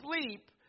sleep